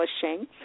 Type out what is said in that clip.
Publishing